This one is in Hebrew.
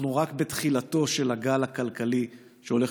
אנחנו רק בתחילתו של הגל הכלכלי שהולך